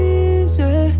easy